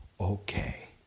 okay